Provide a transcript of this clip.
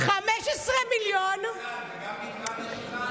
15 מיליון, זה גם נשירה?